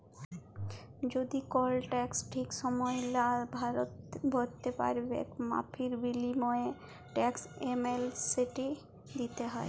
যদি কল টেকস ঠিক সময়ে লা ভ্যরতে প্যারবেক মাফীর বিলীময়ে টেকস এমলেসটি দ্যিতে হ্যয়